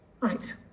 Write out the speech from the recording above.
Right